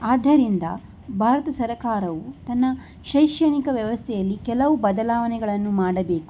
ಆದ್ದರಿಂದ ಭಾರತ ಸರಕಾರವು ತನ್ನ ಶೈಕ್ಷಣಿಕ ವ್ಯವಸ್ಥೆಯಲ್ಲಿ ಕೆಲವು ಬದಲಾವಣೆಗಳನ್ನು ಮಾಡಬೇಕು